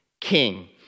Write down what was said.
king